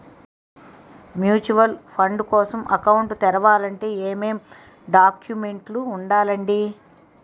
Mutual fund కోసం account తెరవాలంటే ఏమేం డాక్యుమెంట్లు ఉండాలండీ?